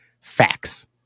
facts